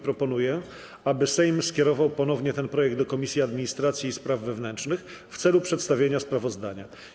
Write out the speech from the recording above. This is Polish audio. Proponuję, aby Sejm skierował ponownie ten projekt do Komisji Administracji i Spraw Wewnętrznych w celu przedstawienia sprawozdania.